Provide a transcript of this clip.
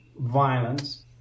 violence